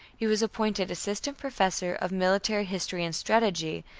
he was appointed assistant professor of military history and strategy,